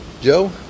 Joe